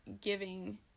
giving